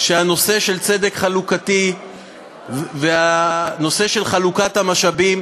שהנושא של צדק חלוקתי והנושא של חלוקת המשאבים